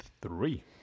three